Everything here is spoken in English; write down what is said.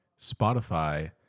Spotify